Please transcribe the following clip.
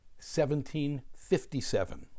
1757